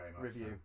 review